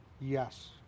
Yes